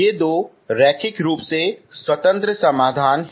ये दो रैखिक रूप से स्वतंत्र समाधान हैं